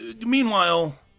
meanwhile